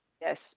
yes